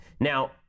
Now